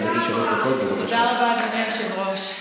תודה רבה, אדוני היושב-ראש.